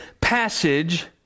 passage